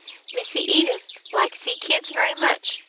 missy edith like see kids very much.